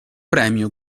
premio